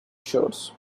shores